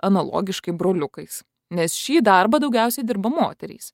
analogiškai broliukais nes šį darbą daugiausiai dirba moterys